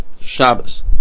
Shabbos